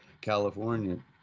California